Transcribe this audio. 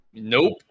Nope